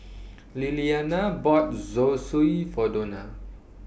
Lilliana bought Zosui For Dona